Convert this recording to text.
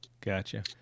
Gotcha